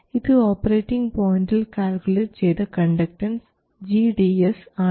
ഇത് ഓപ്പറേറ്റിങ് പോയിൻറിൽ കാൽക്കുലേറ്റ് ചെയ്ത കണ്ടക്ടൻസ് gds ആണ്